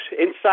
inside